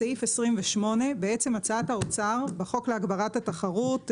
בסעיף 28 הצעת האוצר בחוק להגברת התחרות,